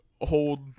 hold